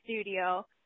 studio